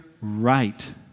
right